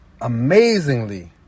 amazingly